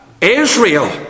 Israel